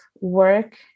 work